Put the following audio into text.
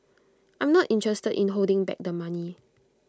I'm not interested in holding back the money